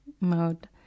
mode